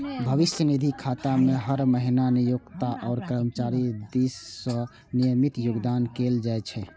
भविष्य निधि खाता मे हर महीना नियोक्ता आ कर्मचारी दिस सं नियमित योगदान कैल जाइ छै